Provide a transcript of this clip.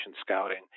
scouting